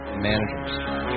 managers